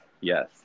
yes